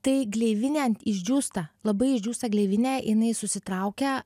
tai gleivinė išdžiūsta labai išdžiūsta gleivinė jinai susitraukia